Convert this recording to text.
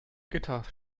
gitarre